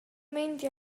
meindio